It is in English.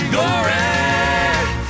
Glory